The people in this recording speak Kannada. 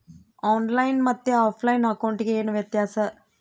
ಆನ್ ಲೈನ್ ಮತ್ತೆ ಆಫ್ಲೈನ್ ಅಕೌಂಟಿಗೆ ಏನು ವ್ಯತ್ಯಾಸ?